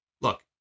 Look